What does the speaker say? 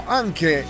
anche